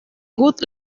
got